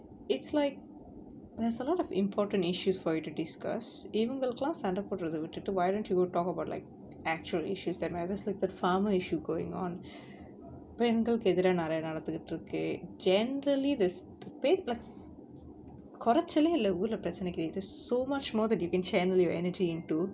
it's like there's a lot of important issues for you to discuss இவங்களுக்கு எல்லாம் சண்ட போடுறது விட்டுட்டு:ivangalukku ellam sanda podurathu vittuttu why don't you go talk about like actual issues that there's like that farmer issue going on பெண்களுக்கு எதிரா நரையா நடந்துகிட்டு இருக்கு:pengallukku ethira naraiyaa nadanthukittu irukku generally கொரச்சலே இல்ல ஊருல பிரச்சனிக்கு:korachalae illa oorula pirachanikku there's so much more that you can channel your energy into